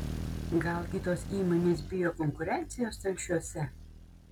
gal kitos įmonės bijo konkurencijos telšiuose